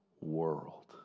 world